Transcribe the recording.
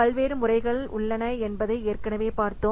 பல்வேறு முறைகள் உள்ளன என்பதை ஏற்கனவே பார்த்தோம்